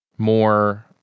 more